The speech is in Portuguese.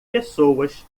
pessoas